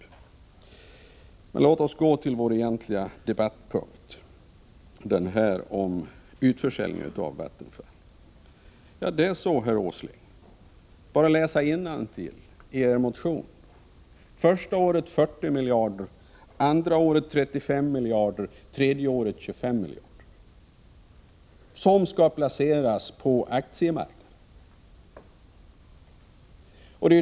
Men låt oss återgå till vår egentliga debattpunkt — utförsäljningen av Vattenfall. Enligt er motion, herr Åsling — det är bara att läsa innantill i den — är det första året 40 miljarder, andra året 35 miljarder och tredje året 25 miljarder som skall placeras på aktiemarknaden.